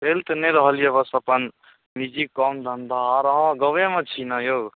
चलि तऽ नहि रहल यऽ बस अपन निजी काम धन्धा आओर अहाँ गाँवेमे छी ने यौ